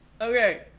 okay